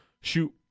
shoot